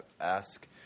ask